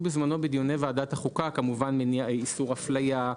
בזמנו בדיוני ועדת החוקה: איסור אפליה,